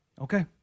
Okay